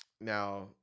Now